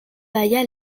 bâilla